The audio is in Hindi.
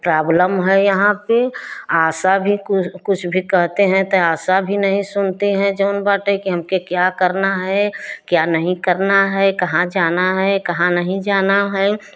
प्रॉब्लम है यहाँ पर आशा भी कुछ भी कहते हैं त आशा भी नहीं सुनती हैं जौन बाटे कि हमके क्या करना है क्या नहीं करना है कहाँ जाना है कहाँ नहीं जाना है